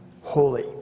holy